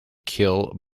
kill